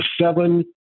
seven